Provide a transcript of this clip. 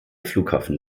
flughafen